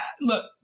look